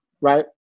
right